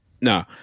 no